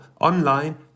online